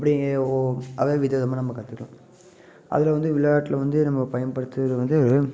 இப்படி ஓ அதை விதவிதமாக நம்ம கற்றுக்கலாம் அதில் வந்து விளையாடில் வந்து நம்ம பயன்படுத்துகிறது வந்து